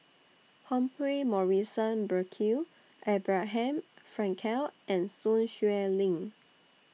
Humphrey Morrison Burkill Abraham Frankel and Sun Xueling